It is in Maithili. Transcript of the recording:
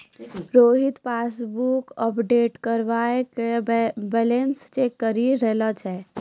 रोहित पासबुक अपडेट करबाय के बैलेंस चेक करि लै छै